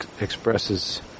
expresses